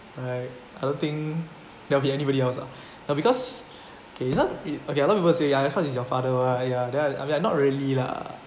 I I don't think they'll be anybody else lah ya because okay this one okay a lot people say of course is your father [one] !aiya! then I mean I not really lah